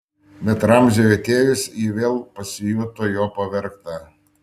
bet ramziui atėjus ji vėl pasijuto jo pavergta